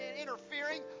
interfering